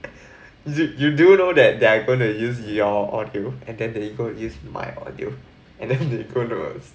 do you do you know that they are going to use your audio then they are going to use my audio and then they going to